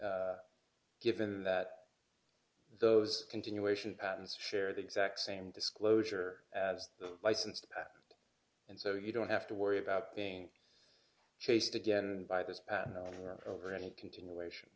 patent given that those continuation patents share the exact same disclosure d as the licensed and so you don't have to worry about being chased again and by this patent or any continuation